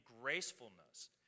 gracefulness